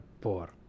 poor